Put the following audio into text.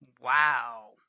Wow